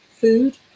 food